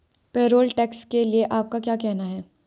Payroll tax के लिए आपका क्या कहना है?